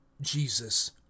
jesus